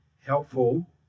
helpful